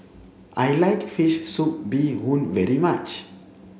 I like fish soup Bee Hoon very much